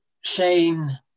Shane